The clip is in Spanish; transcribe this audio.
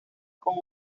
con